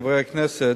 חברי הכנסת,